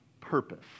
purpose